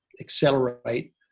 accelerate